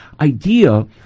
idea